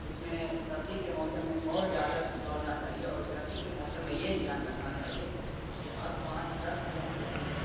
اس میں سردی کے موسم میں اور زیادہ دوڑنا چاہیے اور گرمی کے موسم میں یہ دھیان رکھنا چاہیے کہ ہر پانچ دس منٹ کے اندر